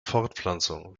fortpflanzung